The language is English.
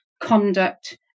conduct